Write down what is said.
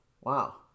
Wow